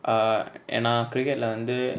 err ஏனா:yena cricket lah வந்து:vanthu